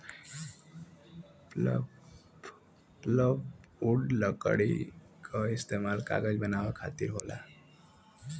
pulpwood लकड़ी क इस्तेमाल कागज बनावे खातिर होला